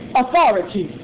authority